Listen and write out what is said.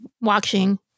watching